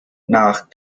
nach